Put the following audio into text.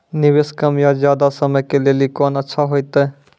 निवेश कम या ज्यादा समय के लेली कोंन अच्छा होइतै?